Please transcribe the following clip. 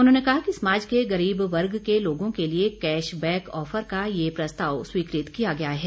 उन्होंने कहा कि समाज के गरीब वर्ग के लोगों के लिए कैश बैक ऑफर का यह प्रस्ताव स्वीकृत किया गया है